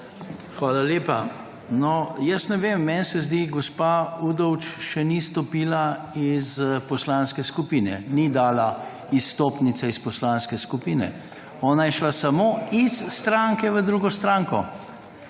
Hvala lepa. Jaz ne vem, meni se zdi gospa Udovč še ni stopila iz poslanske skupine, ni dala izstopnice iz poslanske skupine. Ona je šla samo iz stranke v drugo stranko.